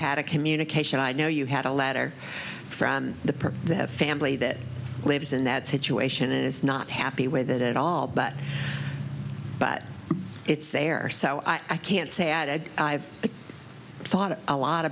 had a communication i know you had a letter from the that family that lives in that situation is not happy with it at all but but it's there so i can't say i've thought a lot